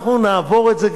אנחנו נעבור את זה,